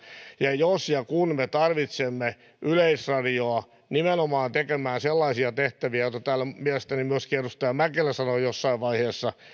ja jos ja kun me tarvitsemme yleisradiota nimenomaan tekemään sellaisia tehtäviä joita täällä mielestäni myöskin edustaja mäkelä mainitsi jossain vaiheessa